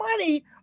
money